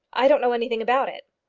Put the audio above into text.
i don't know anything about it.